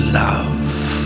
love